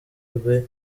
rwe